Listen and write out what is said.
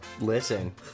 listen